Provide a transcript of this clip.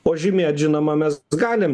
o žymėt žinoma mes galim